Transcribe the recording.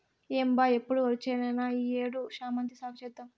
ఏం బా ఎప్పుడు ఒరిచేనేనా ఈ ఏడు శామంతి సాగు చేద్దాము